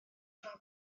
rhwng